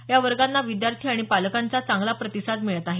या वर्गांना विद्यार्थी आणि पालकांचा चांगला प्रतिसाद मिळत आहे